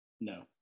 No